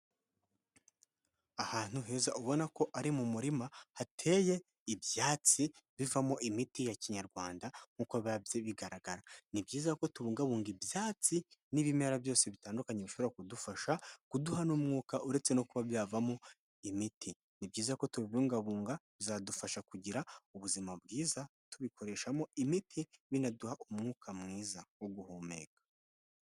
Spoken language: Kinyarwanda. Ahantu heza ubona ko ari mu murima hateye ibyatsi bivamo imiti ya kinyarwanda, nk'uko biba bigaragara. Ni byiza ko tubungabunga ibyatsi n'ibimera byose bitandukanye bishobora kudufasha kuduha n'umwuka, uretse no kuba byavamo imiti. Ni byiza ko tubibungabunga bizadufasha kugira ubuzima bwiza tubikoreshamo imiti binaduha umwuka mwiza wo guhumeka.